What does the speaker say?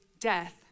death